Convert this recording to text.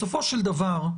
בסופו של דבר,